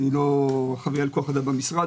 אני לא אחראי על כוח אדם במשרד.